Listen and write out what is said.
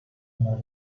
bunları